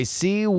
see